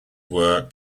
were